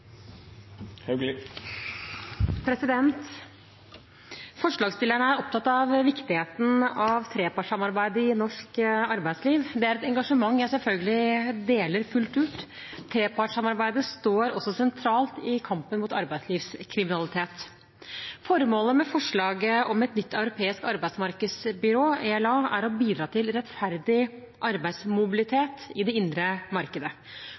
bordet. Forslagsstillerne er opptatt av viktigheten av trepartssamarbeidet i norsk arbeidsliv. Det er et engasjement jeg selvfølgelig deler fullt ut. Trepartssamarbeidet står også sentralt i kampen mot arbeidslivskriminalitet. Formålet med forslaget om et nytt europeisk arbeidsmarkedsbyrå – ELA – er å bidra til rettferdig arbeidsmobilitet i det indre markedet.